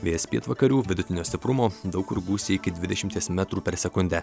vėjas pietvakarių vidutinio stiprumo daug kur gūsiai iki dvidešimties metrų per sekundę